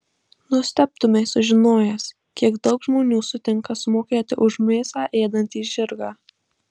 nustebtumei sužinojęs kiek daug žmonių sutinka sumokėti už mėsą ėdantį žirgą